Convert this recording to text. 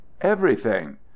everything